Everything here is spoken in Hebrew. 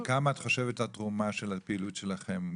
וכמה את חושבת התרומה של הפעילות שלכם,